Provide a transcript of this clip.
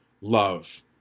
love